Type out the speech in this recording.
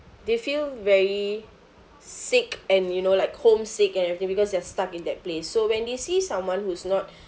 they feel very sick and you know like homesick and everything because they're stuck in that place so when they see someone who's not